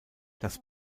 das